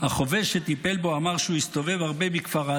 החובש שטיפל בו אמר שהוא הסתובב הרבה בכפר עזה